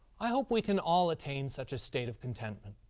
i hope we can all attain such a state of contentment.